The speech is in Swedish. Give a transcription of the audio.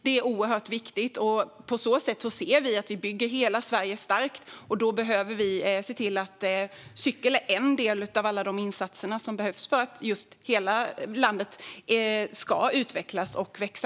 Det är oerhört viktigt, och på så sätt ser vi att vi bygger hela Sverige starkt. Då behöver vi tillse att cykel är en del av alla de insatser som behövs för att hela landet ska utvecklas och växa.